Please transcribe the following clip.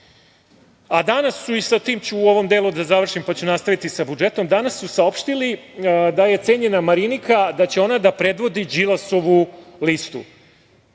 su, sa tim ću u ovom delu da završim, pa ću nastaviti sa budžetom, danas su saopštili da je cenjena Marinika, da će ona da predvodi Đilasovu listu.